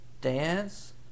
Dance